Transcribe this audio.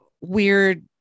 weird